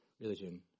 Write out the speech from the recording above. religion